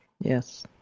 Yes